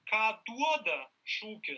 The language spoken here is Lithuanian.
ką duoda šūkis